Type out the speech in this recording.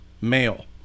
male